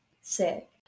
Sick